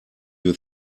you